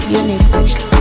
unique